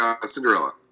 Cinderella